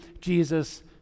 Jesus